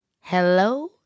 Hello